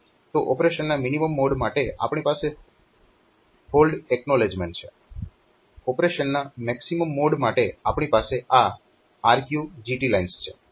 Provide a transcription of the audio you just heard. તો ઓપરેશનના minimum mode માટે આપણી પાસે હોલ્ડ એક્નોલેજમેન્ટ છે ઓપરેશનના મેક્સીમમ મોડ માટે આપણી પાસે આ RQGT લાઇન્સ છે